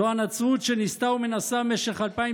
זו הנצרות שניסתה ומנסה במשך אלפיים